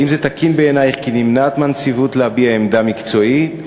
1. האם זה תקין בעינייך כי נמנעת מהנציבות להביע עמדה מקצועית?